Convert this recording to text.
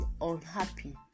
unhappy